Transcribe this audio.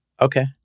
Okay